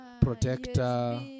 protector